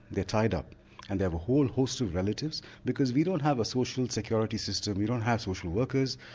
they are tied up and they have a whole host of relatives because we don't have a social security system, we don't have social workers,